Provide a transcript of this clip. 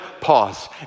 pause